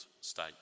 state